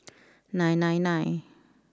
nine nine nine